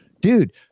dude